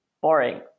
boring